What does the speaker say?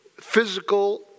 physical